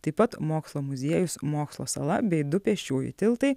taip pat mokslo muziejus mokslo sala bei du pėsčiųjų tiltai